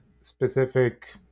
specific